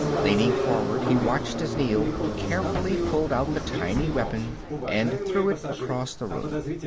leaning forward he watched as neel carefully pulled out the tiny weapon and threw it across the room.